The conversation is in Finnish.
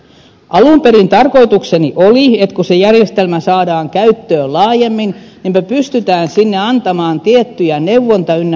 alun perin tarkoitukseni oli että kun se järjestelmä saadaan käyttöön laajemmin niin me pystymme sinne antamaan tiettyjä neuvonta ynnä muuta